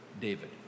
David